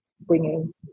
bringing